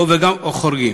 או חורגים.